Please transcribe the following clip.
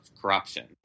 corruption